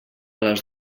les